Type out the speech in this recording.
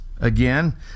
Again